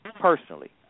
personally